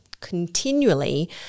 continually